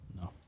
No